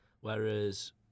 Whereas